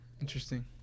Interesting